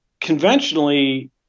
conventionally